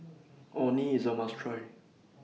Orh Nee IS A must Try